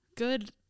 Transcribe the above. good